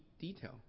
detail